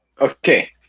okay